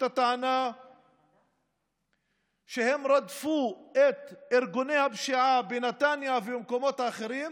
את הטענה שהם רדפו את ארגוני הפשיעה בנתניה ובמקומות אחרים,